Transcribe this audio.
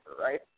right